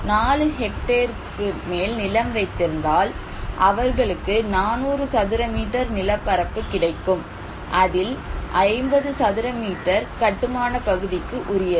4 ஹெக்டேருக்கு மேல் நிலம் வைத்திருந்தால் அவர்களுக்கு 400 சதுர மீட்டர் நிலப்பரப்பு கிடைக்கும் அதில் 50 சதுர மீட்டர் கட்டுமான பகுதிக்கு உரியது